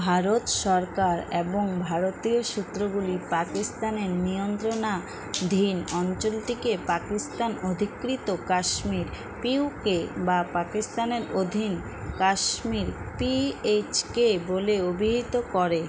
ভারত সরকার এবং ভারতীয় সূত্রগুলি পাকিস্তানের নিয়ন্ত্রণাধীন অঞ্চলটিকে পাকিস্তান অধিকৃত কাশ্মীর পিউকে বা পাকিস্তানের অধীন কাশ্মীর পিএইচকে বলে অভিহিত করে